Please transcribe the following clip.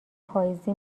پاییزی